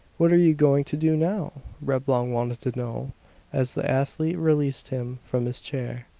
what are you going to do now? reblong wanted to know as the athlete released him from his chair.